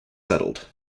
settled